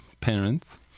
parents